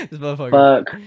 Fuck